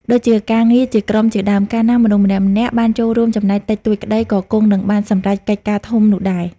ដូចជាការងារជាក្រុមជាដើម កាលណាមនុស្សម្នាក់ៗបានចូលរួមចំណែកតិចតួចក្តី ក៏គង់នឹងបានសម្រេចកិច្ចការធំនោះដែរ។